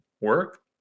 work